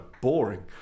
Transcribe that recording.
boring